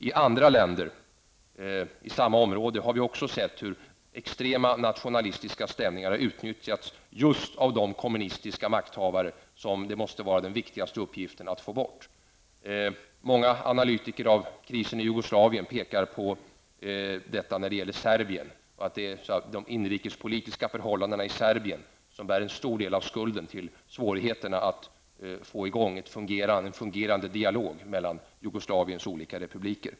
I andra länder i samma område har vi också sett hur extrema nationalistiska stämningar har utnyttjats just av de kommunistiska makthavare som det måste vara den viktigaste uppgiften att få bort. Många analytiker av krisen i Jugoslavien pekar på detta när det gäller Serbien och att det är de inrikespolitiska förhållandena i Serbien som bär en stor del av skulden till svårigheterna att få i gång en fungerande dialog mellan Jugoslaviens olika republiker.